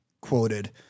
quoted